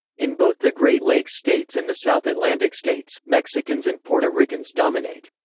in both the great lakes states and the south atlantic states, mexicans and puerto ricans dominate.